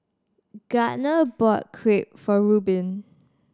Gardner bought Crepe for Rubin